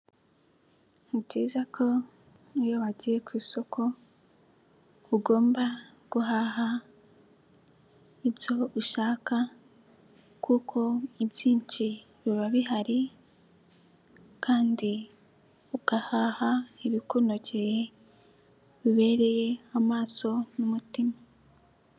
Ni byiza ko iyo wagiye ku isoko ugomba guhaha ibyo ushaka kuko ibyinshi biba bihari kandi ugahaha ibikunogeye bibereye amaso n'u mutima.